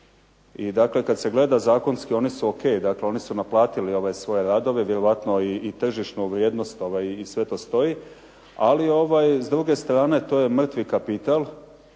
i dakle kad se gleda zakonski oni su ok, oni su naplatili ove svoje radove vjerojatno i tržišnu vrijednost i sve to stoji, ali s druge strane to je mrtvi kapital,